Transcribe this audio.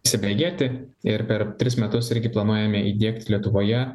įsibėgėti ir per tris metus irgi planuojame įdiegti lietuvoje